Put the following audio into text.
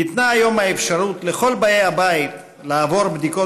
ניתנה היום האפשרות לכל באי הבית לעבור בדיקות